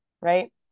right